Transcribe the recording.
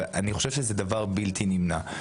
ואני חושב שזה דבר בלתי נמנע.